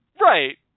Right